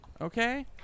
Okay